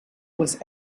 was